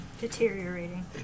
Deteriorating